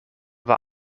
war